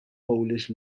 polish